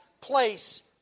place